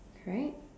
right